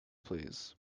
please